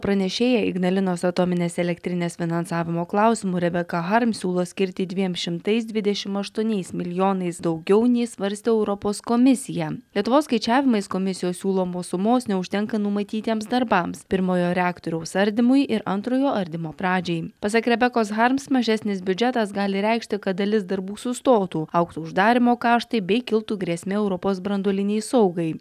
pranešėja ignalinos atominės elektrinės finansavimo klausimu rebeka harms siūlo skirti dviem šimtais dvidešim aštuoniais milijonais daugiau nei svarstė europos komisija lietuvos skaičiavimais komisijos siūlomos sumos neužtenka numatytiems darbams pirmojo reaktoriaus ardymui ir antrojo ardymo pradžiai pasak rebekos harms mažesnis biudžetas gali reikšti kad dalis darbų sustotų augtų uždarymo kaštai bei kiltų grėsmė europos branduolinei saugai